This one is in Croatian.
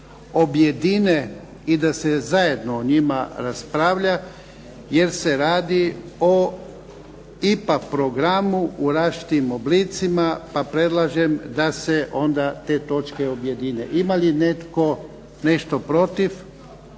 objedine i da se zajedno o njima raspravlja, jer se radi o IPA programu u različitim oblicima pa predlažem da se onda te točke objedine. Ima li netko nešto protiv?